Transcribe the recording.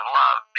love